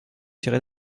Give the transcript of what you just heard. tirer